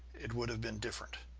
it would have been different.